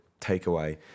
takeaway